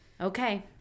Okay